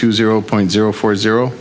two zero point zero four zero